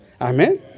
Amen